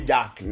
Jack